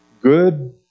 good